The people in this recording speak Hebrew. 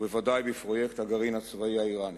וודאי בפרויקט הגרעין הצבאי האירני.